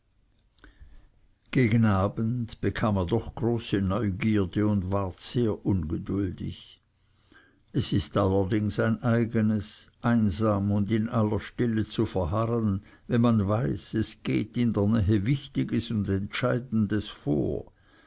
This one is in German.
gegen abend bekam er doch große neugierde und ward sehr ungeduldig es ist allerdings ein eigenes einsam und in aller stille zu verharren wenn man weiß es geht in der nähe wichtiges und entscheidendes vor